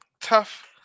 tough